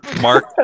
Mark